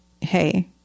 hey